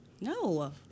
No